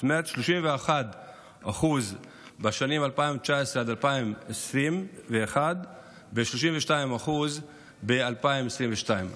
זאת אומרת, 31% בשנים 2019 עד 2021 ו-32% ב-2022.